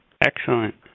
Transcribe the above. Excellent